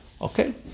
Okay